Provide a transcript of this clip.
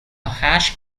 hash